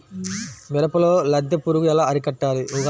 మిరపలో లద్దె పురుగు ఎలా అరికట్టాలి?